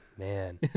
Man